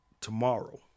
tomorrow